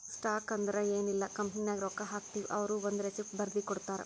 stock ಅಂದುರ್ ಎನ್ ಇಲ್ಲ ಕಂಪನಿನಾಗ್ ರೊಕ್ಕಾ ಹಾಕ್ತಿವ್ ಅವ್ರು ಒಂದ್ ರೆಸಿಪ್ಟ್ ಬರ್ದಿ ಕೊಡ್ತಾರ್